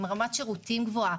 עם רמת שירותים גבוהה.